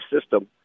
system